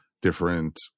different